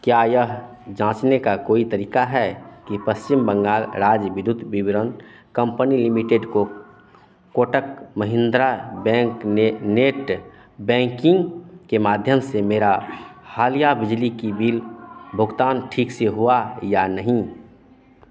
क्या यह जांचने का कोई तरीका है कि पश्चिम बंगाल राज्य विद्युत विवरण कम्पनी लिमिटेड को कोटक महिन्द्रा बैंक ने नेट बैंकिंग के माध्यम से मेरा हालिया बिजली की बिल भुगतान ठीक से हुआ या नहीं